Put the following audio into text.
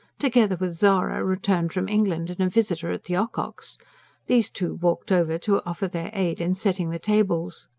together with zara, returned from england and a visitor at the ocock's these two walked over to offer their aid in setting the tables.